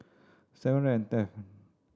seven hundred and tenth